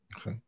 Okay